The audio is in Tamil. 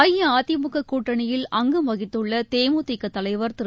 அஇஅதிமுக கூட்டணியில் அங்கம் வகித்துள்ள தேமுதிக தலைவர் திரு